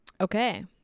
okay